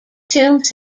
tombs